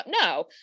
No